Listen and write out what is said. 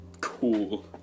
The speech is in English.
cool